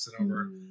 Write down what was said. over